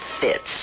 fits